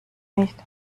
nicht